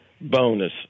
bonus